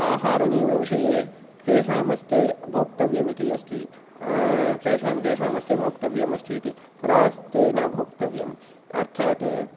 आहारनियमविषये केषां हस्ते भोक्त्व्यमिति अस्ति केषां केषां हस्ते भोक्त्व्यमस्ति इति रास्ते न भोक्त्व्यम् अर्थात्